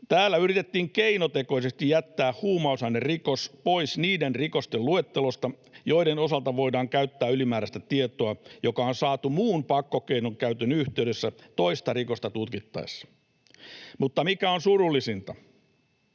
Täällä yritettiin keinotekoisesti jättää huumausainerikos pois niiden rikosten luettelosta, joiden osalta voidaan käyttää ylimääräistä tietoa, joka on saatu muun pakkokeinon käytön yhteydessä toista rikosta tutkittaessa. Mutta mikä surullisinta,